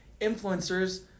influencers